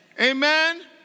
Amen